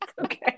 okay